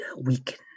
weaken